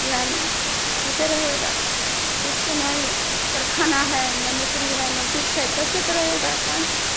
बिहार में कैसे रहेगा कुछ को नहीं कारखाना है ना नौकरी है ना कुछ हैं कैसे रहेगा कान